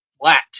flat